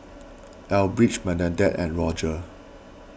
Elbridge Bernadette and Roger